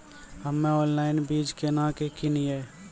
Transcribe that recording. हम्मे ऑनलाइन बीज केना के किनयैय?